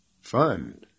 fun